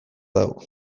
dago